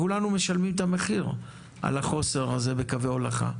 כולנו משלמים את המחיר על החוסר הזה בקווי הולכה,